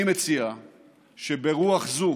אני מציע שברוח זו